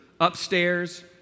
upstairs